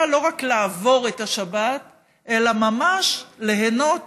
לא רק לעבור את השבת אלא ממש ליהנות